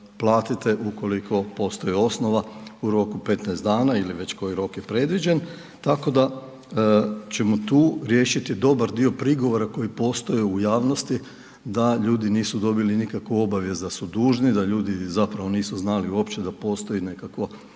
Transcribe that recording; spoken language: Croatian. platite ukoliko postoji osnova u roku od 15 dana ili već koji rok je predviđen, tako da ćemo tu riješiti dobar dio prigovora koji postoje u javnosti da ljudi nisu dobili nikakvu obavijest da su dužni, da ljudi nisu znali uopće da postoji nekakvo